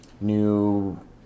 new